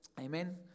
Amen